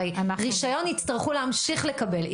הרי רישיון יצטרכו להמשיך לקבל.